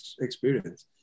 experience